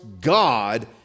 god